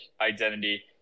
identity